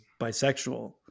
bisexual